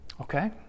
Okay